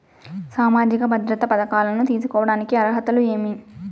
సామాజిక భద్రత పథకాలను తీసుకోడానికి అర్హతలు ఏమి?